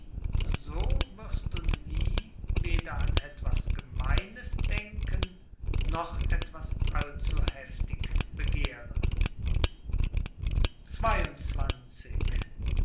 so wirst du nie weder an etwas gemeines denken noch etwas allzuheftig begehren